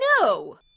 No